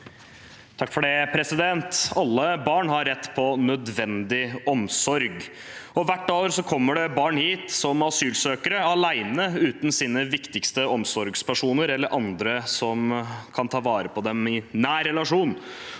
Lund (R) Alle barn har rett på nødvendig omsorg, og hvert år kommer det barn hit som asylsøkere, alene, uten sine viktigste omsorgspersoner eller andre som kan ta vare på dem i nær relasjon.